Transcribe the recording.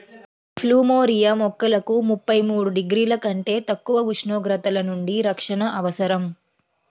plumeria మొక్కలకు ముప్పై మూడు డిగ్రీల కంటే తక్కువ ఉష్ణోగ్రతల నుండి రక్షణ అవసరం